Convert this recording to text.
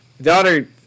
Daughter